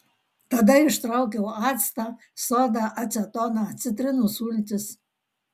tada ištraukiau actą sodą acetoną citrinų sultis